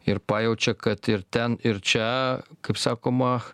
ir pajaučia kad ir ten ir čia kaip sakoma